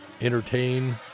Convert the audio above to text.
entertain